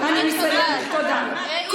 את כבר בחריגה של שתי דקות.